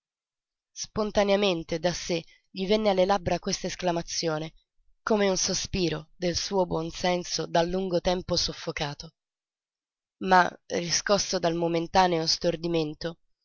spontaneamente da sé gli venne alle labbra questa esclamazione come un sospiro del suo buon senso da lungo tempo soffocato ma riscosso dal momentaneo stordimento